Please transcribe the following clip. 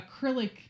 acrylic